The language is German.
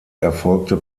erfolgte